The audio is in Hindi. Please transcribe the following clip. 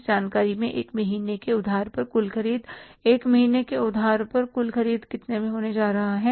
इस जानकारी में 1 महीने के उधार पर कुल ख़रीद 1 महीने के उधार पर कुल ख़रीद कितने में होने जा रही है